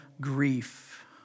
grief